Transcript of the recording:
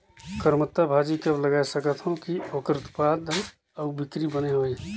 करमत्ता भाजी कब लगाय सकत हो कि ओकर उत्पादन अउ बिक्री बने होही?